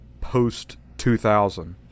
post-2000